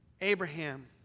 Abraham